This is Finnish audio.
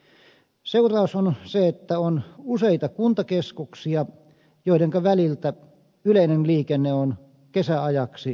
seuraus on se että on useita kuntakeskuksia joidenka väliltä yleinen liikenne on kesäajaksi loppunut